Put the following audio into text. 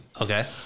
Okay